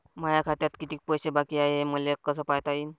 माया खात्यात कितीक पैसे बाकी हाय हे मले कस पायता येईन?